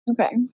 okay